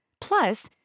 Plus